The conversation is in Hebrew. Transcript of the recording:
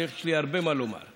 ויש לי הרבה מה לומר.